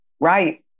Right